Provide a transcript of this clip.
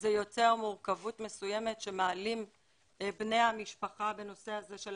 זה יוצר מורכבות מסוימת שמעלים בני המשפחה בנושא הזה של